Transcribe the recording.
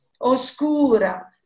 oscura